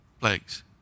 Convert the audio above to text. plagues